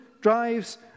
drives